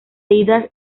ida